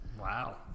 Wow